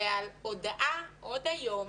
זה על הודעה עוד היום